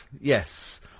Yes